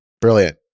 Brilliant